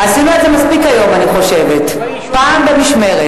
עשינו את זה מספיק היום, אני חושבת, פעם במשמרת.